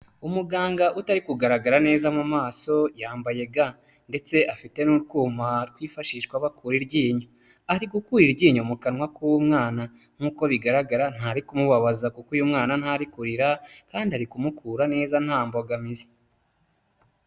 Umuganga utari kugaragara neza mu maso, yambaye ga ndetse afite n'utwuma twifashishwa bakura iryinyo, ari gukura iryinyo mu kanwa k'umwana, nk'uko bigaragara ntari kumubabaza kuko uyu mwana ntari kurira, kandi ari kumukura neza nta mbogamizi.